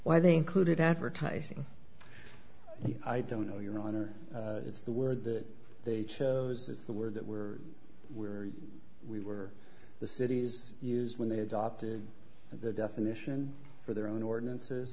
why they included advertising i don't know you know i know it's the word that they chose it's the word that we're where we were the cities used when they adopted the definition for their own ordinances